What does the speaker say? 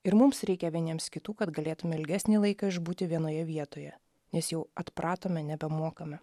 ir mums reikia vieniems kitų kad galėtume ilgesnį laiką išbūti vienoje vietoje nes jau atpratome nebemokame